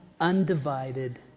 undivided